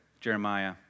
Jeremiah